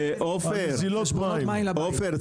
עופר,